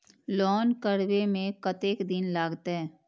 Loan करबे में कतेक दिन लागते?